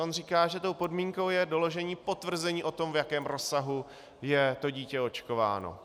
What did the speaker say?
On říká, že podmínkou je doložení potvrzení o tom, v jakém rozsahu je dítě očkováno.